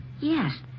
Yes